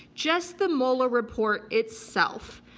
just the mueller report itself,